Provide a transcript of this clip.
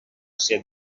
ser